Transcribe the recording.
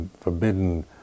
forbidden